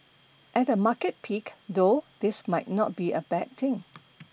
at a market peak though this might not be a bad thing